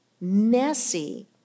messy